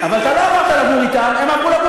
אין נהירה של עובדים ישראלים לחקלאות